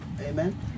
Amen